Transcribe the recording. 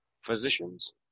physicians